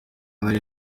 nari